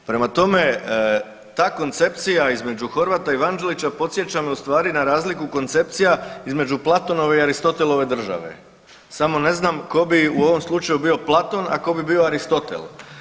Prema tome, ta koncepcija između Horvata i Vanđelića podsjeća me u stvari na razliku koncepcija između Platonove i Aristotelove države samo ne znam tko bi u ovom slučaju bio Platon, a tko bi bio Aristotel.